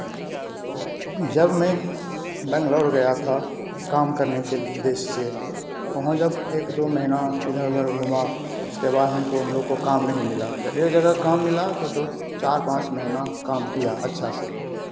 जब मैं बैंगलोर गया था काम करने के उद्देश्य से वहाँ जब एक दो महीना इधर उधर घूमा उसके बाद हमको हम लोग को काम नहीं मिला एक जगह काम मिला तो दो चार पाँच महीना काम किया अच्छा से